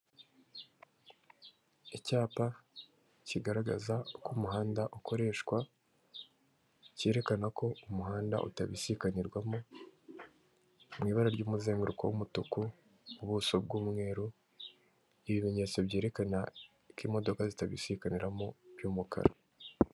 Icyapa kigaragaza uko umuhanda ukoreshwa cyerekana ko umuhanda utabisikanrwamo; mu ibara ry'umuzenguruko w'umutuku, ubuso bw'umweru; ibimenyetso byerekana ko imodoka zitabisikaniramo by'umukara.